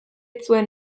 zuen